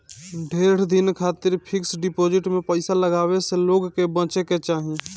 ढेर दिन खातिर फिक्स डिपाजिट में पईसा लगावे से लोग के बचे के चाही